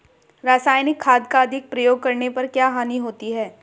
रासायनिक खाद का अधिक प्रयोग करने पर क्या हानि होती है?